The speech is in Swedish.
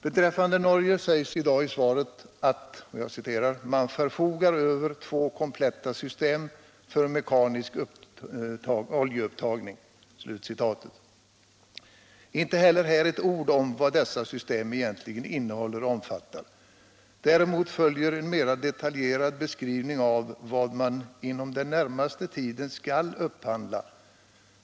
Om Norge sägs i svaret att man i dag förfogar ”över två kompletta system för mekanisk oljeupptagning till havs”. Inte heller här ett ord om vad dessa system egentligen innehåller och omfattar. Däremot följer en mera detaljerad beskrivning av vad man inom den närmaste tiden skall upphandla.